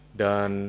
dan